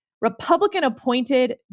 Republican-appointed